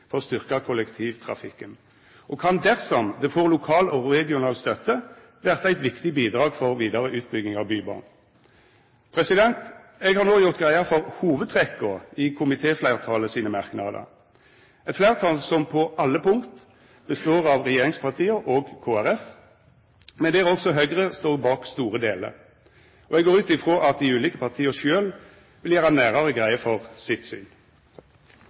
for å styrkja kollektivtrafikken og kan, dersom det får lokal og regional støtte, verta eit viktig bidrag for vidare utbygging av Bybanen. Eg har no gjort greie for hovudtrekka i komitéfleirtalet sine merknader, eit fleirtal som på alle punkt består av regjeringspartia og Kristeleg Folkeparti, men der også Høgre står bak store delar. Eg går ut frå at dei ulike partia sjølve vil gjera nærare greie for sitt syn.